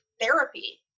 therapy